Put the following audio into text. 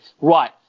right